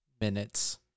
minutes